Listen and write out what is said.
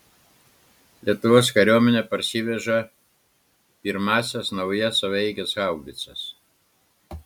lietuvos kariuomenė parsiveža pirmąsias naujas savaeiges haubicas